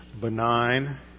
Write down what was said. benign